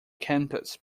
campus